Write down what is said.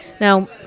Now